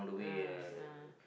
ah ah